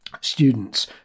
students